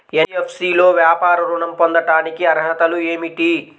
NBFC లో వ్యాపార ఋణం పొందటానికి అర్హతలు ఏమిటీ?